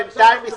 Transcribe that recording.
בינתיים היינו